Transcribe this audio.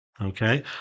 Okay